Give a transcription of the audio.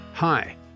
Hi